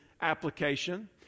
application